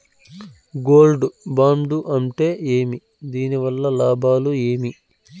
Gold bond అంటే ఏమి? దీని వల్ల లాభాలు ఏమి?